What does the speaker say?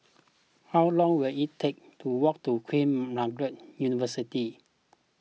how long will it take to walk to Queen Margaret University